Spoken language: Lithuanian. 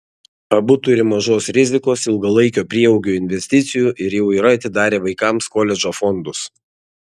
abu turi mažos rizikos ilgalaikio prieaugio investicijų ir jau yra atidarę vaikams koledžo fondus